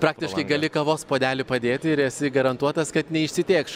praktiškai gali kavos puodelį padėti ir esi garantuotas kad neišsitėkš